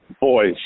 Boys